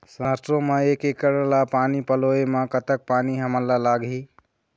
सरसों म एक एकड़ ला पानी पलोए म कतक पानी हमन ला लगही?